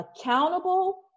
accountable